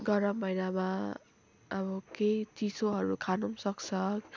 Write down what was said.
गरम महिनामा अब केहि चिसोहरू खानु पनि सक्छ